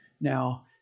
now—